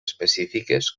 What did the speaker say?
específiques